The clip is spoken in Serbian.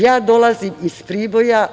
Ja dolazim iz Priboja.